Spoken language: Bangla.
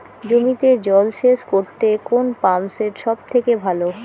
জমিতে জল সেচ করতে কোন পাম্প সেট সব থেকে ভালো?